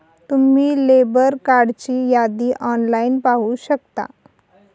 तुम्ही लेबर कार्डची यादी ऑनलाइन पाहू शकता